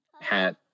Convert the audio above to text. hat